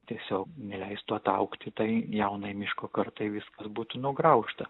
tiesiog neleistų ataugti tai jaunai miško kartai viskas būtų nugraužta